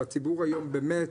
והציבור היום באמת,